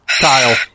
Kyle